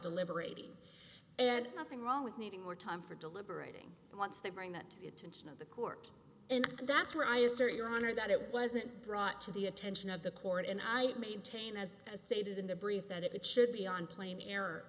deliberating and nothing wrong with needing more time for deliberating and once they bring that to the attention of the cork and that's where i assert your honor that it wasn't brought to the attention of the court and i maintain as stated in the brief that it should be on plain error